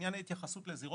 לעניין ההתייחסות לזירות,